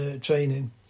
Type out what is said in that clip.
training